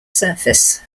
surface